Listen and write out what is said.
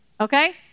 okay